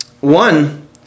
one